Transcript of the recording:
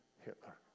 Hitler